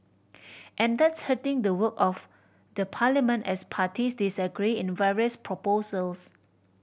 and that's hurting the work of the parliament as parties disagree in various proposals